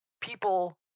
people